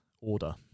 order